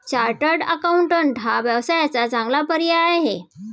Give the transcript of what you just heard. chartered accountant हा व्यवसायाचा चांगला पर्याय आहे